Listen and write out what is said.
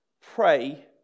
pray